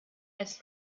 als